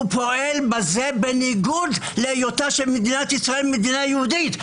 הוא פועל בזה בניגוד להיות מדינת ישראל מדינה יהודית.